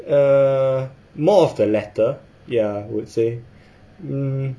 uh more of the latter ya would say mm